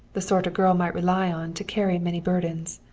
the sort a girl might rely on to carry many burdens.